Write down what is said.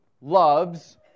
loves